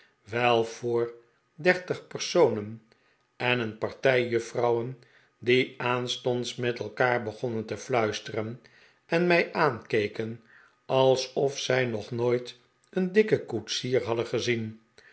wel voor dertig personen en een partij juffrouwen die aanstonds met elkaar begonnen te fluisteren en mij aankeken alsof zij nog nooit een dikken koetsier hadden gezien